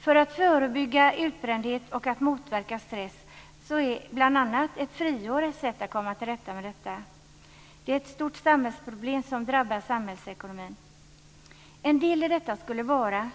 För att förebygga utbrändhet och motverka stress är bl.a. ett friår ett sätt att komma till rätta med sådant här. Det är ju ett stort samhällsproblem som drabbar samhällsekonomin. En del i detta skulle vara